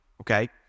okay